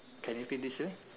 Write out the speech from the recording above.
can you take this year